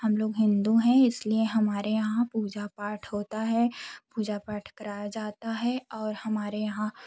हम लोग हिन्दू हैं इसलिए हमारे यहाँ पूजा पाठ होता है पूजा पाठ कराया जाता है और हमारे यहाँ